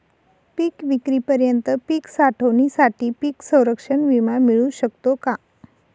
पिकविक्रीपर्यंत पीक साठवणीसाठी पीक संरक्षण विमा मिळू शकतो का?